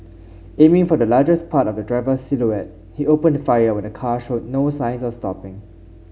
aiming for the largest part of the driver's silhouette he opened fire when the car showed no signs of stopping